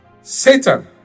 Satan